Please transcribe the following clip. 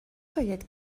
باید